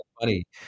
funny